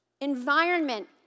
environment